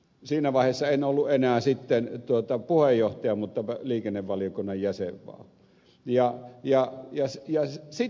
siinä vaiheessa en ollut enää sitten puheenjohtaja mutta liikennevaliokunnan jäsen vaan